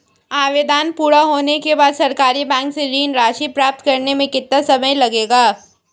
आवेदन पूरा होने के बाद सरकारी बैंक से ऋण राशि प्राप्त करने में कितना समय लगेगा?